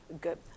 good